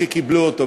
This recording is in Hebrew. שקיבלו אותו.